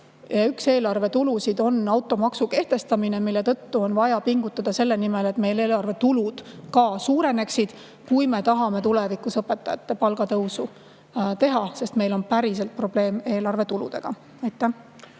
Üks eelarve tulusid on automaksu kehtestamine. Meil on vaja pingutada selle nimel, et meil eelarve tulud suureneksid, kui me tahame tulevikus õpetajate palka tõsta. Meil on päriselt probleem eelarve tuludega. Aitäh